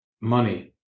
money